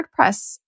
WordPress